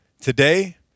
Today